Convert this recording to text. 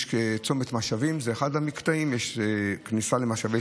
אחד המקטעים הוא צומת משאבים,